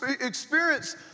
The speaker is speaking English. experience